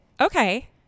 Okay